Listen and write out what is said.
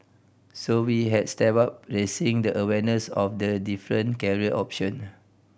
so we have stepped up raising the awareness of the different career option